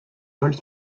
vols